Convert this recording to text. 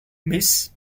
miss